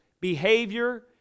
behavior